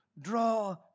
Draw